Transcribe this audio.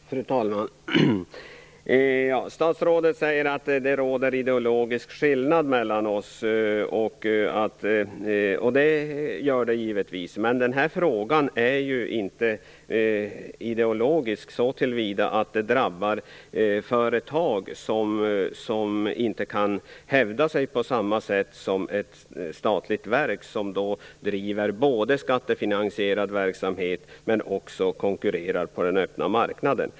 Fru talman! Statsrådet säger att det råder en ideologisk skillnad mellan oss, vilket det givetvis gör. Men denna fråga är ju inte ideologisk så till vida att företag drabbas som inte kan hävda sig på samma sätt som ett statligt verk som både driver skattefinansierad verksamhet och konkurrerar på den öppna marknaden.